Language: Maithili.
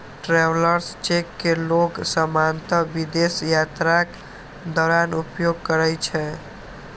ट्रैवलर्स चेक कें लोग सामान्यतः विदेश यात्राक दौरान उपयोग करै छै